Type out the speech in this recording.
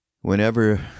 whenever